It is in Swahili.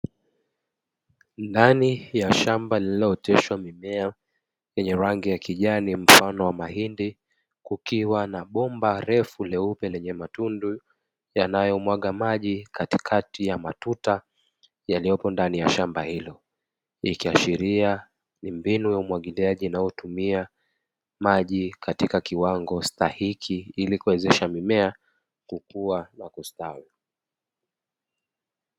Ndani ya shamba lililooteshwa mimea lenye rangi ya kijani mfano wa mahindi kukiwa na bomba refu leupe lenye matundu yanayo mwaga maji katikati ya matuta yaliyopo ndani ya shamba hilo, ikiashilia mbinu ya umwagiliaji inayotumia maji katika kiwango stahiki ili kuwezesha mimea kukua na kustawi.